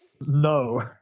no